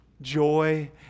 joy